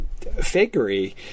fakery